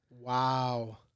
Wow